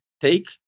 take